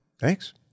Thanks